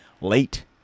Late